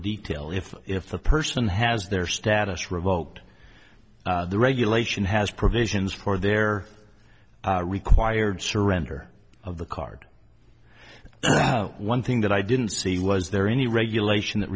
detail if if the person has their status revoked the regulation has provisions for their required surrender of the card now one thing that i didn't see was there any regulation that